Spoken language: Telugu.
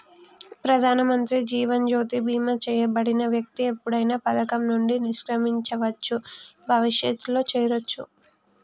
ప్రధానమంత్రి జీవన్ జ్యోతి బీమా చేయబడిన వ్యక్తి ఎప్పుడైనా పథకం నుండి నిష్క్రమించవచ్చు, భవిష్యత్తులో చేరొచ్చు